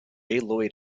lloyd